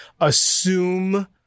assume